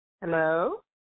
hello